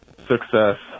Success